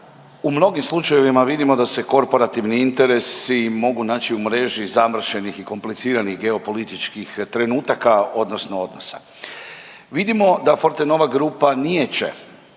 u mnogim slučajevima vidimo da se korporativni interesi mogu naći u mreži zamršenih i kompliciranih geopolitičkih trenutaka odnosno odnosa. Vidimo da Fortenove grupa niječe